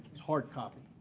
hardcopy.